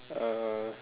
uh